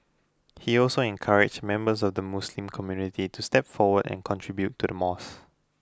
he also encouraged members of the Muslim community to step forward and contribute to the mosque